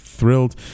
Thrilled